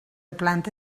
planta